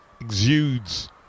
exudes